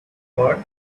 worth